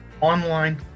online